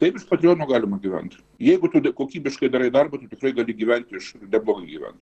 taip iš patreono galima gyvent jeigu tu kokybiškai darai darbą tu tikrai gali gyventi iš neblogai gyvent